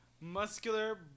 muscular